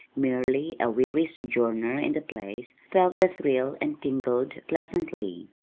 merely a weary sojourner in the place, felt the thrill and tingled pleasantly.